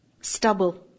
Stubble